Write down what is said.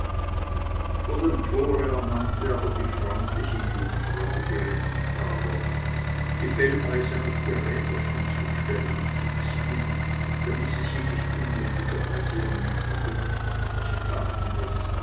vor dem tore ermahnte aber die freundliche jungfrau ihre liebhaber die felleisen auf die räderchen zu stellen und zu ziehen damit sie sich nicht unnötigerweise ermüdeten sie taten es